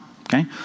okay